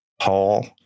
Paul